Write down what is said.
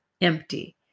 empty